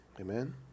Amen